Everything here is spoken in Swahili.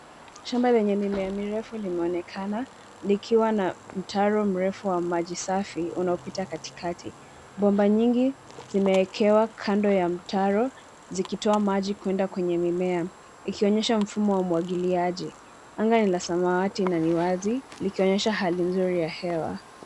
Shamba lenye mimea mirefu linaonekana likiwa na mtaro mrefu wa maji safi unaopita katikati, bomba nyingi zimeekewa kando ya mtaro zikitoa maji kwenda kwenye mimea. Likionyesha mfumo wa umwagiliaji, anga ni la samawati na ni wazi likionyesha hali nzuri ya hewa.